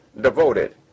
devoted